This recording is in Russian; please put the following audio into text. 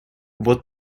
вот